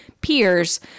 peers